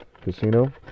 Casino